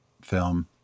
film